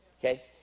Okay